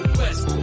west